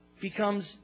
becomes